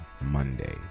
Monday